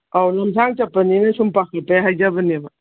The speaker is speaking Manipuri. ꯑꯧ ꯂꯝꯁꯥꯡ ꯆꯠꯄꯅꯤꯅ ꯁꯨꯝ ꯄꯥꯈꯠꯄꯩ ꯍꯥꯏꯖꯕꯅꯦꯕ